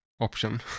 option